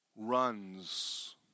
runs